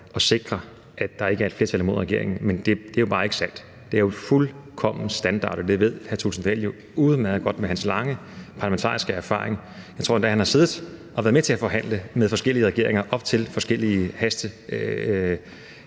at sikre, at der ikke er et flertal imod regeringen. Men det er bare ikke sandt. Det er jo fuldkommen standard, og det ved hr. Kristian Thulesen Dahl udmærket godt med hans lange parlamentariske erfaring. Jeg tror endda, han har siddet og været med til at forhandle med forskellige regeringer, også til forskellige